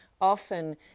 often